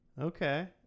okay